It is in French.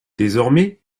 désormais